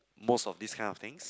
most of this kind of things